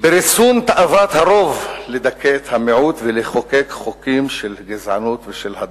בריסון תאוות הרוב לדכא את המיעוט ולחוקק חוקים של גזענות ושל הדרה.